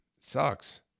sucks